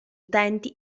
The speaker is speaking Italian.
utenti